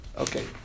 Okay